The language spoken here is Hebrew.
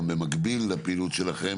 גם במקביל לפעילות שלכם,